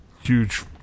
huge